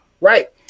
right